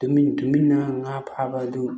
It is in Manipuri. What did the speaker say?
ꯇꯨꯃꯤꯟ ꯇꯨꯃꯤꯟꯅ ꯉꯥ ꯐꯥꯕ ꯑꯗꯨ